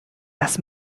das